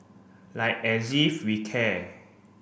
like as if we care